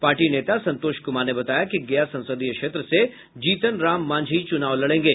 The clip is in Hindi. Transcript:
पार्टी नेता संतोष कुमार ने बताया कि गया संसदीय क्षेत्र से जीतन राम मांझी चुनाव लड़ेंगे